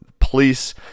police